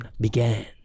began